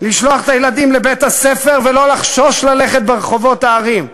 לשלוח את הילדים לבית-הספר ולא לחשוש ללכת ברחובות הערים.